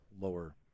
lower